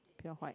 pure white